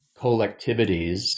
collectivities